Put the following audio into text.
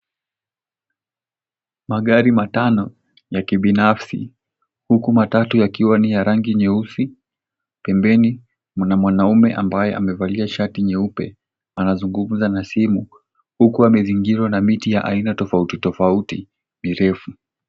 Magari matano ya kibinafsi huku matatu yakiwa ni ya rangi nyeusi, pembeni mna mwanaume ambaye amevalia shati nyeupe anazungumza na simu huku amezingirwa na miti ya aina tofauti tofauti mirefu.